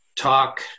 talk